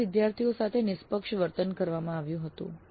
તમામ વિદ્યાર્થીઓ સાથે નિષ્પક્ષ વર્તન કરવામાં આવ્યું હતું